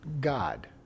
God